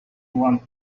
want